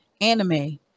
anime